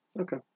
Okay